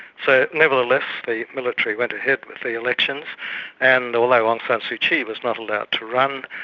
so nevertheless, the military went ahead with the elections and although aung san suu kyi was not allowed to run,